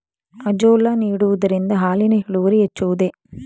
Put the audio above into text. Azolla ನೀಡುವುದರಿಂದ ಹಾಲಿನ ಇಳುವರಿ ಹೆಚ್ಚುವುದೇ?